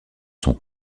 son